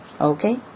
okay